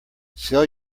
sell